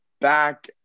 back